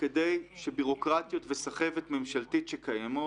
כדי שביורוקרטיות וסחבת ממשלתית שקיימים